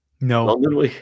No